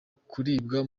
kuribwa